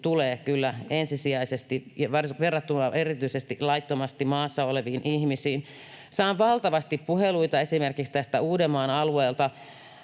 tulee ensisijaisesti verrattuna erityisesti laittomasti maassa oleviin ihmisiin. Saan valtavasti puheluita esimerkiksi tästä Uudenmaan alueelta,